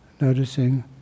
noticing